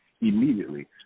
immediately